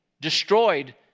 destroyed